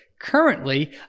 currently